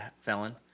felon